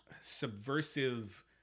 subversive